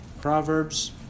Proverbs